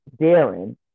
Darren